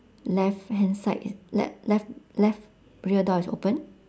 left hand side is le~ left left rear door is open